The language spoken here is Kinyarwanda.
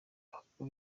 ahubwo